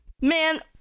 Man